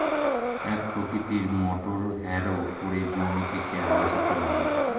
এক প্রকৃতির motor harrow করে জমি থেকে আগাছা তোলা হয়